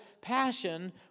passion